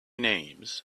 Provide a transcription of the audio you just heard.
names